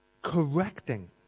Correcting